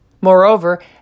Moreover